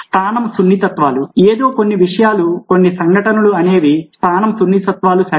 స్థానం సున్నితత్వాలు ఏదో కొన్ని విషయాలు కొన్ని సంఘటనలు అనేవి స్థానం సున్నితత్వాలు సరే